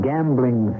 Gambling